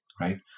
right